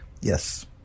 yes